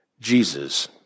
Jesus